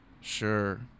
Sure